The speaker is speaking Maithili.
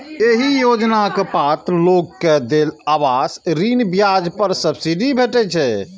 एहि योजनाक पात्र लोग कें देय आवास ऋण ब्याज पर सब्सिडी भेटै छै